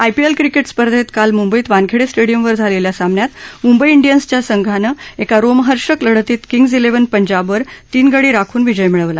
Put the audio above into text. IPL cricket स्पर्धेत काल मुंबईत वानखहास्टिक्विमवर झालल्खा सामन्यात मुंबई इंडियन्सच्या संघानं एका रोमहर्षक लढतीत किंग्ज इलड्डिन पंजाबवर तीन गडी राखून विजय मिळवला